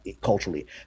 culturally